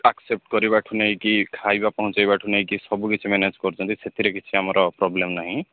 accept କରିବାଠୁ ନେଇକି ଖାଇବା ପହଞ୍ଚେଇବାଠୁ ନେଇକି ସବୁ କିଛି ମ୍ୟାନେଜ୍ କରୁଛନ୍ତି ସେଥିରେ କିଛି ଆମର ପ୍ରୋବଲେମ୍ ନାହିଁ